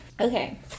Okay